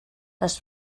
les